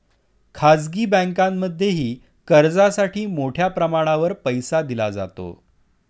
खाजगी बँकांमध्येही कर्जासाठी मोठ्या प्रमाणावर पैसा दिला जातो